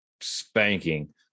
spanking